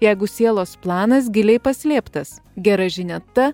jeigu sielos planas giliai paslėptas gera žinia ta